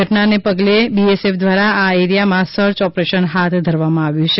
ઘટનાને પગલે બીએસએફ દ્વારા આ એરિયામાં સર્ય ઓપરેશન હાથ ધરવામાં આવ્યું છે